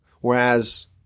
Whereas